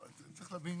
צריך להבין